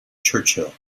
churchill